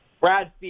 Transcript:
Brad